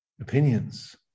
opinions